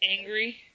angry